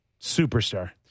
superstar